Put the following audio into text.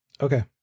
okay